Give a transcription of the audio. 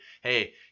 hey